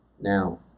Now